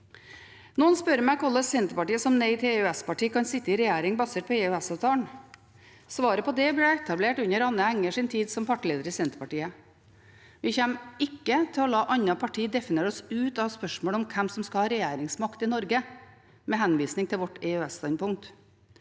Noen spør meg hvordan Senterpartiet, som nei-tilEØS-parti, kan sitte i en regjering basert på EØS-avtalen. Svaret på det ble etablert under Anne Engers tid som partileder i Senterpartiet. Vi kommer ikke til å la andre parti definere oss ut av spørsmålet om hvem som skal ha regjeringsmakt i Norge med henvisning til vårt EØSstandpunkt.